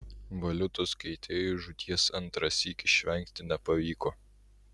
valiutos keitėjui žūties antrąsyk išvengti nepavyko